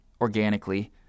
organically